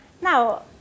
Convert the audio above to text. Now